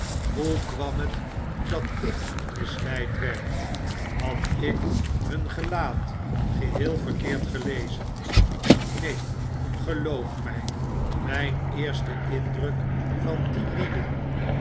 hoe kwam het dat ik misleid werd had ik hun gelaat geheel verkeerd gelezen neen geloof my mijn eerste indruk van die lieden